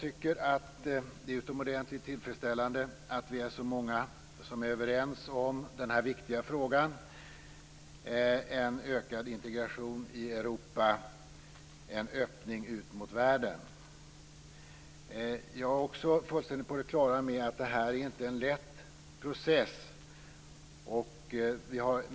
Det är utomordentligt tillfredsställande att vi är så många som är överens om den viktiga frågan om en ökad integration i Europa, en öppning ut mot världen. Jag är fullständigt på det klara med att detta inte är en lätt process.